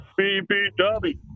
BBW